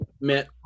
met